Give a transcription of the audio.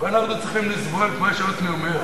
Streetואנחנו צריכים לסבול את מה שעתני אומר?